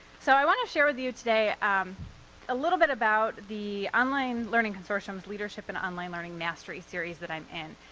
so i wanna share with you today um a little bit about the online learning consortium's leadership in online learning mastery series that i'm in.